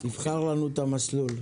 תבחר לנו את המסלול.